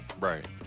Right